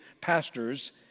pastors